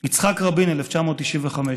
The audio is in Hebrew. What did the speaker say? יצחק רבין, 1995: